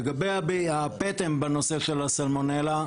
לגבי הפטם בנושא של הסלמונלה,